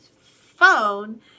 phone